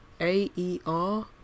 A-E-R